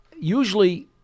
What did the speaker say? Usually